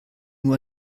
nur